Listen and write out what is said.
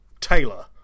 Taylor